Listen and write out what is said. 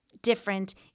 different